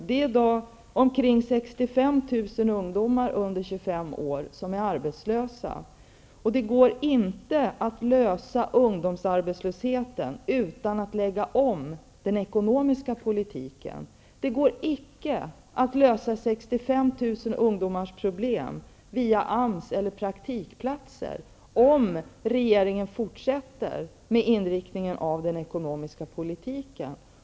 I dag är ungefär 65 000 ungdomar under 25 år arbetslösa. Det går inte att klara ungdomsarbetslösheten utan att lägga om den ekonomiska politiken. Det går icke att lösa och praktikplatser, om regeringen fortsätter med samma inriktning av den ekonomiska politiken.